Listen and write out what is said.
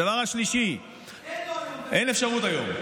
הדבר השלישי, אין, אין אפשרות היום.